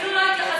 אפילו לא התייחסו,